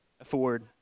afford